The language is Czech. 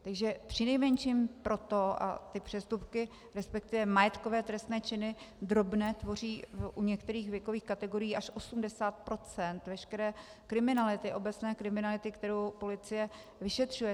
Takže přinejmenším proto ty přestupky, resp. majetkové trestné činy drobné, tvoří u některých věkových kategorií až 80 % veškeré kriminality, obecné kriminality, kterou policie vyšetřuje.